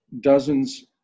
dozens